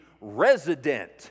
resident